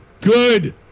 good